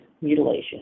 mutilation